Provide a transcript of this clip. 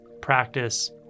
practice